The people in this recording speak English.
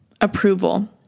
approval